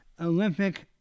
Olympic